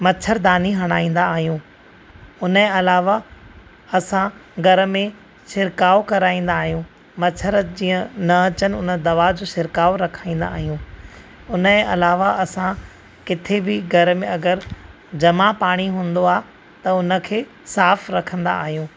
मछरदानी हणाईंदा आहियूं हुनजे अलावा असां घर में छिड़काव कराईंदा आहियूं मछर जीअं न अचनि हुन दवा जो छिड़काव रखाईंदा आहियूं हुनजे अलावा असां किथे बि घर में अगरि जमा पाणी हूंदो आहे त हुन खे साफ़ु रखंदा आहियूं